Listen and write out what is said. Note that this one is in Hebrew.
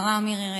השרה מירי רגב,